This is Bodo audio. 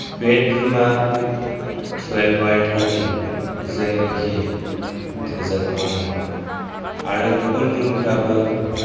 बेडरुमा टुवेल्भ बाय थार्टिन जायनोखि थोजाथाव नङा आरो गुबुन रुमफ्राबो